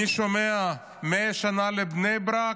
אני שומע על 100 שנה לבני ברק,